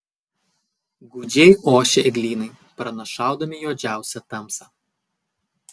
gūdžiai ošė eglynai pranašaudami juodžiausią tamsą